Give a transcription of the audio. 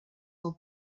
del